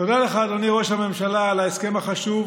תודה לך, אדוני ראש הממשלה, על ההסכם החשוב,